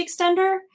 extender